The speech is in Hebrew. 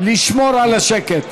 שמרו על השקט.